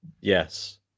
yes